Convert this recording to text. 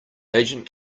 agent